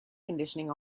conditioning